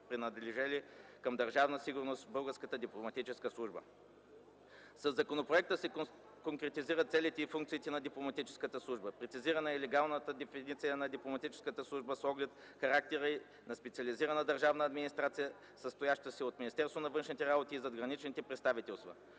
принадлежали към Държавна сигурност в Българската дипломатическа служба. Със законопроекта се конкретизират целите и функциите на Дипломатическата служба. Прецизирана е легалната дефиниция на Дипломатическата служба с оглед характера й на специализирана държавна администрация, състояща се от Министерството на външните работи и задграничните представителства